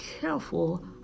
careful